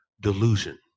delusion